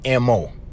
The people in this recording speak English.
MO